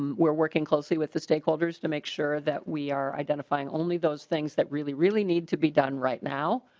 we're working closely with the stakeholders to make sure that we are identifying only those things that really really need to be done right now.